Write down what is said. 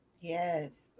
Yes